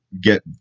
get